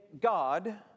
God